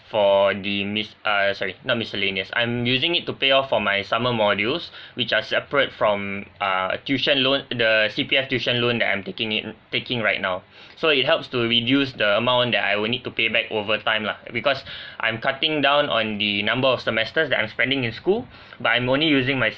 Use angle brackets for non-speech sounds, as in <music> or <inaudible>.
for the mis~ ah sorry not miscellaneous I'm using it to pay off for my summer modules which are separate from uh tuition loan the C_P_F tuition loan that I'm taking it mm taking right now <breath> so it helps to reduce the amount that I will need to pay back over time lah because <breath> I'm cutting down on the number of semesters that I'm spending in school but I'm only using my